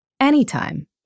anytime